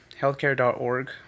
healthcare.org